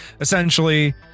essentially